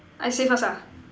I say first ah